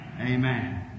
Amen